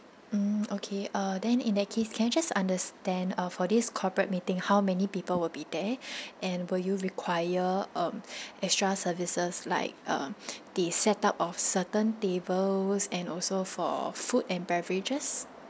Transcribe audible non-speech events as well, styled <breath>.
mm <noise> okay uh then in that case can I just understand uh for this corporate meeting how many people will be there <breath> and will you require um <breath> extra services like um <breath> the set up of certain tables and also for food and beverages